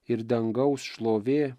ir dangaus šlovė